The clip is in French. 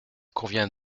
convient